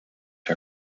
her